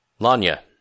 Lanya